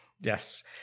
Yes